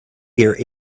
here